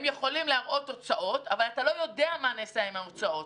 הם יכולים להראות הוצאות אבל לא ניתן לדעת מה נעשה עם ההוצאות.